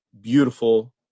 beautiful